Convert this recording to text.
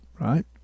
right